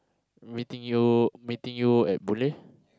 meeting you meeting you at Boon Lay